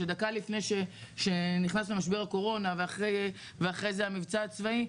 שדקה לפני שנכנסנו למשבר הקורונה ואחרי זה המבצע הצבאי,